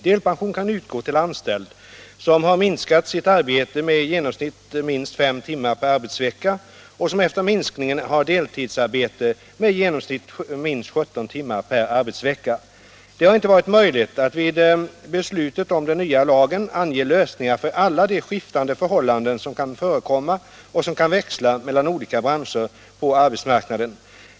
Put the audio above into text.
Delpension kan utgå till anställd som har minskat sitt arbete med i genomsnitt minst fem timmar per arbetsvecka och som efter minskningen har deltidsarbete med i genomsnitt minst 17 timmar per arbetsvecka. Det har inte varit möjligt att vid beslutet om den nya lagen ange lösningar för alla de skiftande förhållanden som kan förekomma och som kan växla mellan olika branscher på arbetsmarknaden.